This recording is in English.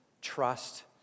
Trust